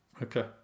Okay